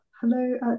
hello